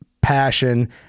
passion